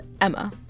Emma